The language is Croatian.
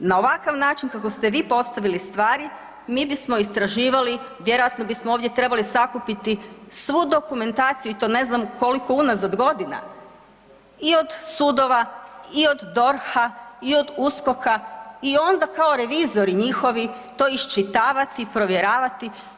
Na ovakav način kako ste vi postavili stvari mi bismo istraživali, vjerojatno bismo ovdje trebali sakupiti svu dokumentaciju i to ne znam koliko unazad godina i od sudova i od DORH-a i od USKOK-a i onda kao revizori njihovi to iščitavati, provjeravati.